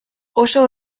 oso